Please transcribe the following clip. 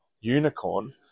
unicorn